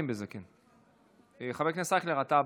חבר הכנסת אייכלר, אתה הבא.